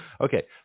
Okay